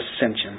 ascension